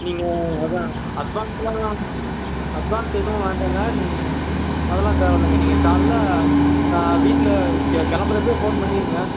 நீங்கள் அதான் அட்வான்ஸ் எல்லாம் அட்வான்ஸ் எதுவும் வேண்டாம்ங்க நீங்கள் அதெல்லாம் தேவைல்லங்க நீங்கள் காலைல வீட்டில் கிளம்புறப்பையே ஃபோன் பண்ணிருங்க